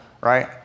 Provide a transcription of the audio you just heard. right